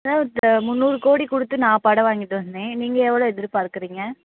sir இது முந்நூறு கோடி கொடுத்து நான் படம் வாங்கிகிட்டு வந்தேன் நீங்கள் எவ்வளோ எதிர்பார்க்கிறீங்க